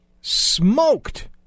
smoked